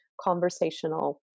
conversational